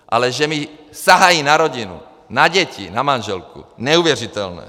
Ale že mi sahají na rodinu, na děti, na manželku neuvěřitelné!